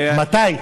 מתי?